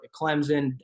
Clemson